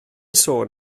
sôn